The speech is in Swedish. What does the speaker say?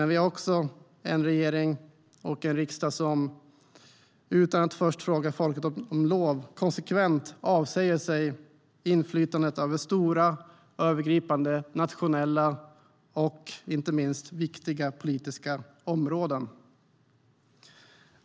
Vi har också en regering och en riksdag som utan att först fråga folket om lov konsekvent avsäger sig inflytandet över stora, övergripande, nationella och inte minst viktiga politiska områden.